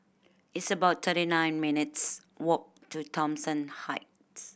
it's about thirty nine minutes' walk to Thomson Heights